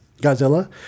Godzilla